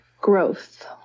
growth